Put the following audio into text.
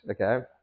okay